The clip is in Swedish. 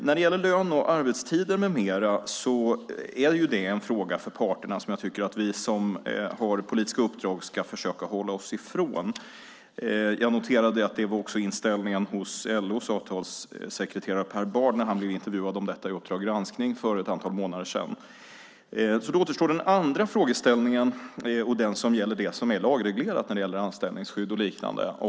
När det gäller lön, arbetstider med mera är det ju en fråga för parterna som jag tycker att vi som har politiska uppdrag ska försöka hålla oss ifrån. Jag noterade att det också var inställningen hos LO:s avtalssekreterare Per Bardh när han blev intervjuad om detta i Uppdrag granskning för ett antal månader sedan. Då återstår den andra frågeställningen, den som gäller det som är lagreglerat när det gäller anställningsskydd och liknande.